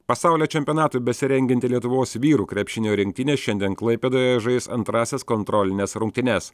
pasaulio čempionatui besirengianti lietuvos vyrų krepšinio rinktinė šiandien klaipėdoje žais antrąsias kontrolines rungtynes